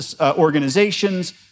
organizations